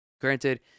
Granted